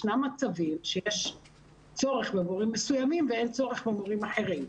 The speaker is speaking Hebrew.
יש מצבים שיש צורך במורים מסוימים ואין צורך במורים אחרים.